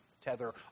tether